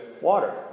water